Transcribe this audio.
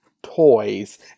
Toys